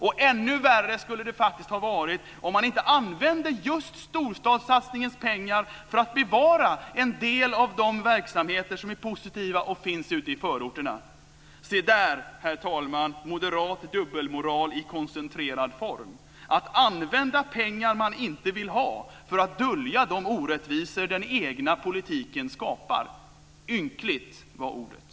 Och ännu värre skulle det faktiskt ha varit om man inte använde just storstadssatsningens pengar för att bevara en del av de positiva verksamheter som finns ute i förorterna. Se där, herr talman, moderat dubbelmoral i koncentrerad form: att använda pengar man inte vill ha för att dölja de orättvisor den egna politiken skapar! Ynkligt var ordet.